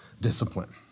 discipline